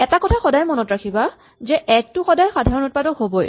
এটা কথা সদায় মনত ৰাখিবা যে ১ টো সদায় সাধাৰণ উৎপাদক হ'বই